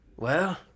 Well